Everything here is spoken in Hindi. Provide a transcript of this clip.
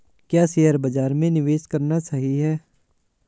क्या शेयर बाज़ार में निवेश करना सही है?